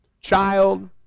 child